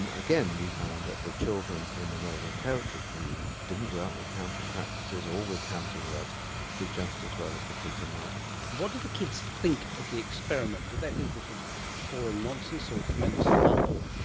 and again, we found that the children in the northern territory who didn't grow up with counting practices or with counting words did just as well as the kids in melbourne. what did the kids think of the experiment? did they think this was boring nonsense or tremendous fun?